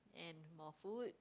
and more food